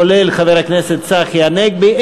כולל חבר הכנסת צחי הנגבי,